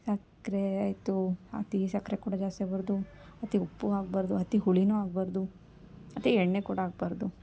ಸಕ್ಕರೆ ಆಯಿತು ಅತೀ ಸಕ್ಕರೆ ಕೂಡ ಜಾಸ್ತಿ ಆಗಬಾರ್ದು ಅತಿ ಉಪ್ಪೂ ಆಗಬಾರ್ದು ಅತಿ ಹುಳಿನೂ ಆಗಬಾರ್ದು ಅತಿ ಎಣ್ಣೆ ಕೂಡ ಆಗಬಾರ್ದು